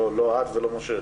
לא את ולא משה.